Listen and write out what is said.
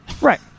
Right